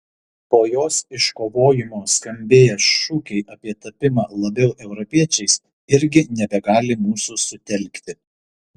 po jos iškovojimo skambėję šūkiai apie tapimą labiau europiečiais irgi nebegali mūsų sutelkti